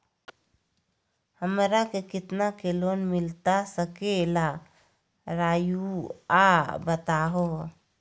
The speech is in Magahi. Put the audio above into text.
हमरा के कितना के लोन मिलता सके ला रायुआ बताहो?